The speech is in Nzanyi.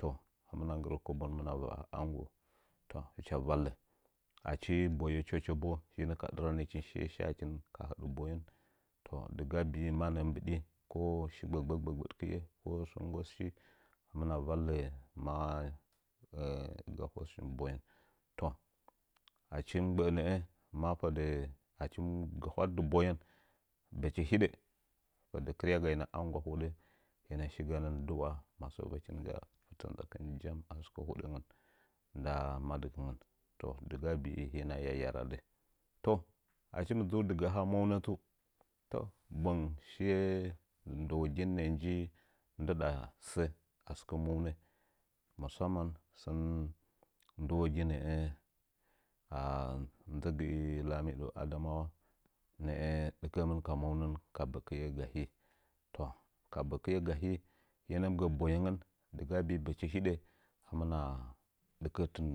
Toh hɨmna nggɨrə koban hɨmna va anggo toh hɨcha vakə achi boye chəchi bo hɨnə ka ɗɨranəkin ka həɗə bəyan toh dɨga bi'i manə'ə mbiɗi ko shi gbəgbəɗkɨta ko shi nggəschi hɨmna vallə gaho shi bəyen achi mɨ gbə'ə nə'ə fədə achi mɨ gahwadɨ bəyen bəchi hidə fədə kɨrya gamə anggo a hədə hinə shi ganən duwa ma səə nzakin asɨkə hoɗəngə nda madkɨngən dɨga bi'i hinə yaradɨn achi mɨ dzu dɨga mounə tsu toh bueang shiye ndəwogin nə'ə nji ndɨɗa səə asɨkə mounə musaman sən ndɨwogi nə'ə are nzəgɨti lamido adamawa nə'ə dikə əmɨn ka mounən ka bəkiye gahi toh ka bəkiye gahi mɨ gə bəyengen bəchi hidə hɨmna dɨkɨn